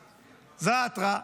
זאעתרה,